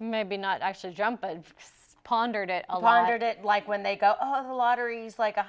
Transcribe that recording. maybe not actually jump and pondered it a lot or to like when they go to lotteries like a